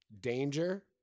danger